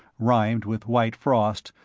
rimed with white frost,